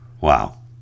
Wow